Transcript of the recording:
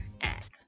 act